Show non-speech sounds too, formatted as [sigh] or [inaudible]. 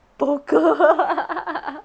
poker [laughs]